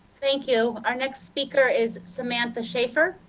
thank you. our next speaker is samantha schaefer.